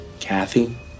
Kathy